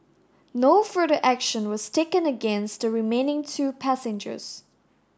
no further action was taken against the remaining two passengers